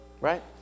Right